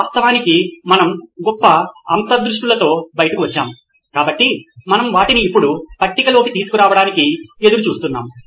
వాస్తవానికి మనము గొప్ప అంతర్దృష్టులుతో బయటకు వచ్చాము కాబట్టి మనము వాటిని ఇప్పుడు పట్టికలోకి తీసుకురావడానికి ఎదురు చూస్తున్నాము